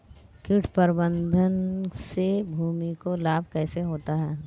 कीट प्रबंधन से भूमि को लाभ कैसे होता है?